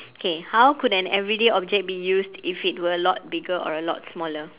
okay how could an everyday object be used if it were a lot bigger or a lot smaller